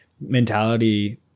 Mentality